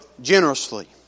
generously